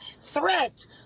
threat